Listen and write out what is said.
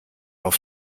auf